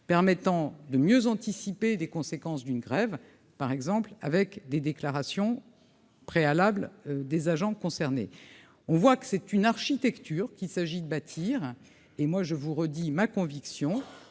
permettant de mieux anticiper des conséquences d'une grève par exemple avec des déclarations préalables des agents concernés, on voit que c'est une architecture qu'il s'agit de bâtir et moi je vous redis ma conviction